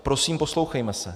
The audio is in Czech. Prosím, poslouchejme se.